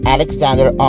Alexander